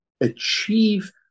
achieve